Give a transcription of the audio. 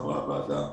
לחברי הוועדה.